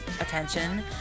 attention